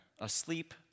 asleep